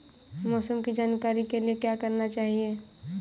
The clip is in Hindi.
मौसम की जानकारी के लिए क्या करना चाहिए?